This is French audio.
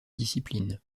disciplines